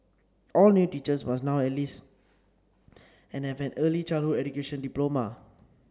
all new teachers must now have least and have a an early childhood education diploma